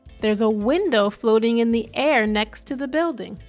there's a window floating in the air next to the building.